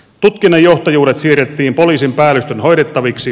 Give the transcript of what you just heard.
tutkinnanjohtajuudet siirrettiin poliisin päällystön hoidettaviksi